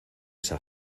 esa